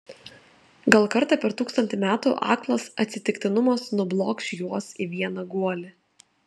gal kartą per tūkstantį metų aklas atsitiktinumas nublokš juos į vieną guolį